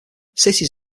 cities